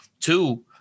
Two